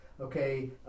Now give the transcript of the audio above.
Okay